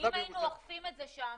אם היינו אוכפים את זה שם